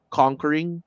conquering